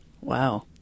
Wow